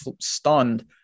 stunned